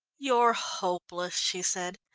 you're hopeless, she said.